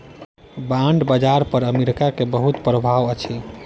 bond बाजार पर America के बहुत प्रभाव अछि